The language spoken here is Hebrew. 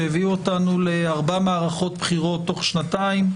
שהביאו אותנו לארבע מערכות בחירות תוך שנתיים,